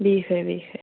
বিষ হয় বিষ হয়